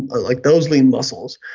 like those lean muscles.